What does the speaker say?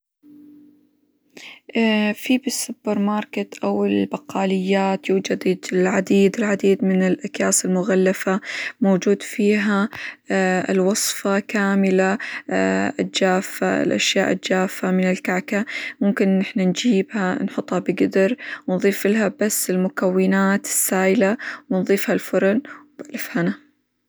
ا في بالسوبرماركت، أو البقاليات يوجد العديد العديد من الأكياس المغلفة موجود فيها الوصفة كاملة ، -الجافة- الأشياء الجافة من الكعكة ممكن إن إحنا نجيبها نحطها بقدر، ونظيف لها بس المكونات السايلة، ونظيفها الفرن، وبألف هنا.